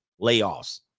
layoffs